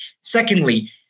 Secondly